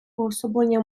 уособлення